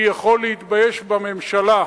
אני יכול להתבייש בממשלה,